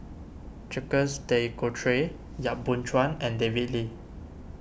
Jacques De Coutre Yap Boon Chuan and David Lee